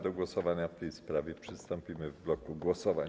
Do głosowania w tej sprawie przystąpimy w bloku głosowań.